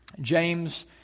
James